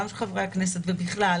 גם של חברי הכנסת ובכלל,